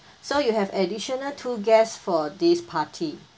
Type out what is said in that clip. so you have additional two guests for this party